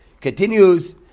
continues